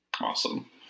Awesome